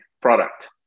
product